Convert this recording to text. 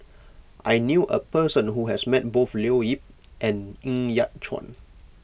I knew a person who has met both Leo Yip and Ng Yat Chuan